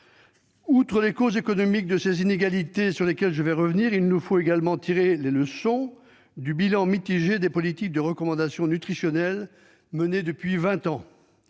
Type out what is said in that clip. Outre les causes économiques de ces inégalités, sur lesquelles je vais revenir, il nous faut également tirer les leçons du bilan mitigé des politiques de recommandations nutritionnelles menées depuis vingt ans.